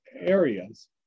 areas